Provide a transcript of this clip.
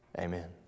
Amen